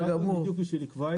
בדיוק כדי לקבוע את זה.